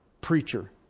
preacher